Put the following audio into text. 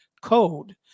code